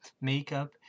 makeup